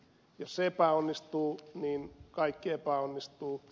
jos se epäonnistuu niin kaikki epäonnistuu